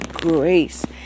grace